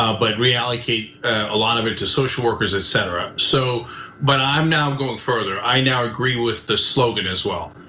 ah but reallocate a lot of it to social workers, etc. so but i'm now going further, i now agree with the slogan as well.